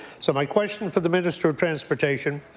so my question for the minister of transportation,